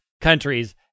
countries